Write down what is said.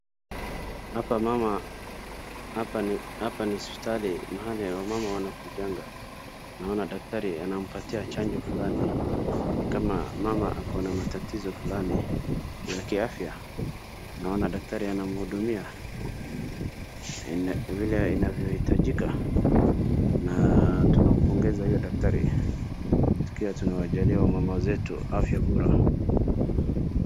Mama ako hospitali na daktari anampea chanjo fulani. Daktari anamhudumia vile inavyohitajika na tunampongeza huyo daktari.